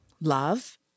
love